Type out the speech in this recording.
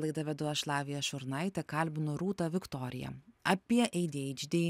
laidą vedu aš lavija šurnaitė kalbinu rūta viktoriją apie ei dy eidž dy